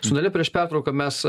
su dalia prieš pertrauką mes